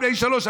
לפני שלושה,